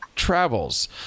travels